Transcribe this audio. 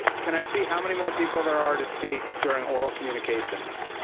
can i see how many more people there are to speak during oral communications,